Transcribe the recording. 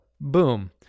boom